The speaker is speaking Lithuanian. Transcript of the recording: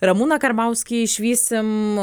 ramūną karbauskį išvysim